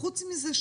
חוץ מזה,